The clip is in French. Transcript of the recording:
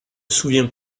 souviens